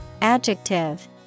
Adjective